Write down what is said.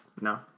No